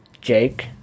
Jake